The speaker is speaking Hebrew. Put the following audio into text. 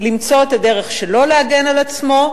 למצוא את הדרך שלו להגן על עצמו,